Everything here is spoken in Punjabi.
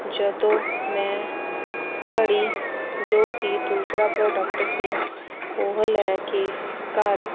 ਜਦੋਂ ਮੈਂ ਘੜੀ ਜੋ ਕਿ ਦੂਸਰਾ ਪ੍ਰੋਡਕਟ ਸੀ ਉਹ ਲੈ ਕੇ ਘਰ